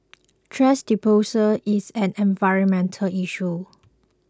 thrash disposal is an environmental issue